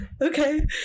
Okay